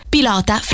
Pilota